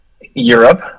Europe